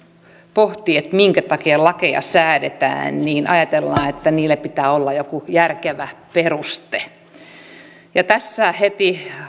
pohtii minkä takia lakeja säädetään niin ajatellaan että niille pitää olla joku järkevä peruste mutta tässä heti